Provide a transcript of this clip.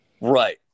right